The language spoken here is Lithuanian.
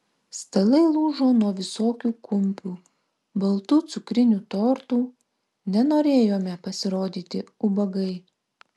stalai lūžo nuo visokių kumpių baltų cukrinių tortų nenorėjome pasirodyti ubagai